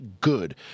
good